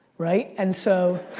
right, and so.